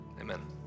amen